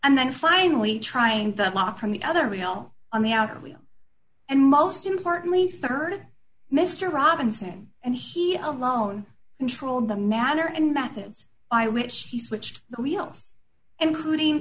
and then finally trying the lock from the other wheel on the outer wheel and most importantly rd mr robinson and he alone controlled the matter and methods by which he switched the wheels including